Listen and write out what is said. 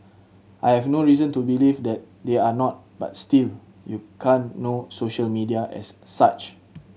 I have no reason to believe that they are not but still you can't know social media as such